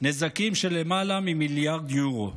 נזקים של למעלה ממיליארד אירו.